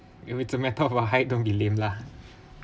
you know it's a matter of a height don't be lame lah